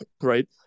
right